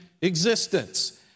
existence